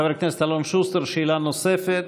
חבר הכנסת אלון שוסטר, שאלה נוספת.